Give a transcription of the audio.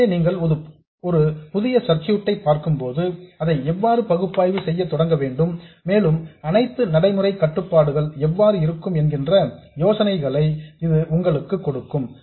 எனவே நீங்கள் ஒரு புதிய சர்க்யூட் ஐ பார்க்கும்போது அதை எவ்வாறு பகுப்பாய்வு செய்ய தொடங்க வேண்டும் மேலும் அனைத்து நடைமுறை கட்டுப்பாடுகள் எவ்வாறு இருக்கும் என்கின்ற யோசனைகளை இது உங்களுக்கு கொடுக்கும்